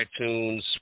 iTunes